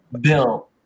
Bill